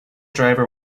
driver